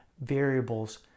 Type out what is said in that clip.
variables